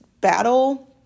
battle